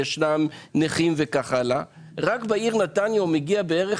נכים וכו' רק בעיר נתניה הוא מגיע בערך